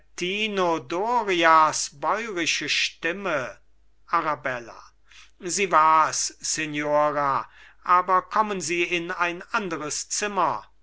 dorias bäurische stimme arabella sie wars signora aber kommen sie in ein anderes zimmer